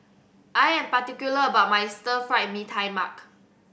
I am particular about my Stir Fried Mee Tai Mak